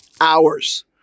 hours